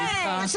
אומר לך בדיוק את